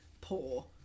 poor